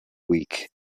week